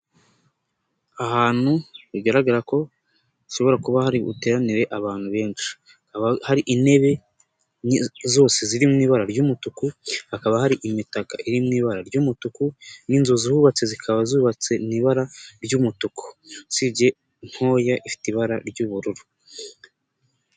Ahantu bigaragara ko hashobora kuba hari buteranire abantu benshi, hakaba hari intebe zose ziri mu ibara ry'umutuku, hakaba hari imitaka iri mu ibara ry'umutuku n'inzu zihubatse zikaba zubatse mu ibara ry'umutuku, usibye ntoya ifite ibara ry'ubururu.